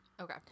Okay